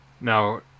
Now